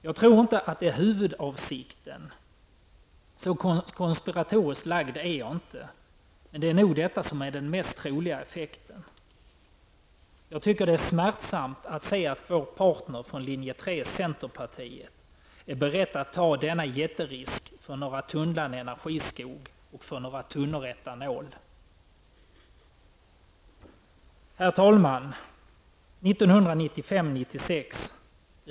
Jag tror inte att detta är huvudavsikten, så konspiratoriskt lagd är jag inte, men det är den mest troliga effekten. Det är smärtsamt att se att vår partner från linje 3, centerpartiet, är berett att ta denna jätterisk för några tunnland energiskog och några tunnor etanol. Herr talman!